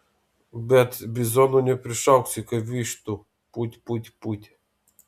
bet bizonų neprišauksi kaip vištų put put put